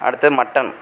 அடுத்தது மட்டன்